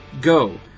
go